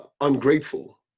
Ungrateful